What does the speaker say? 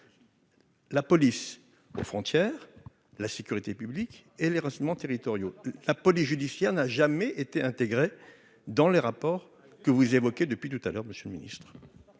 la police aux frontières, la sécurité publique et les Renseignements territoriaux, la police judiciaire n'a jamais été intégré dans les rapports que vous évoquez, depuis tout à l'heure monsieur le Ministre,